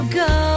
go